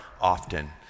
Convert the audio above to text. often